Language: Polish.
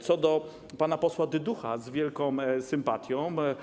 Co do pana posła Dyducha, z wielką sympatią.